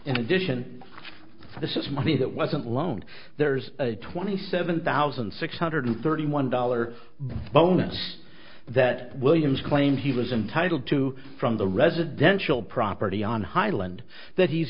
in addition this is money that wasn't loaned there's a twenty seven thousand six hundred thirty one dollar bonus that williams claimed he was entitled to from the residential property on highland that he's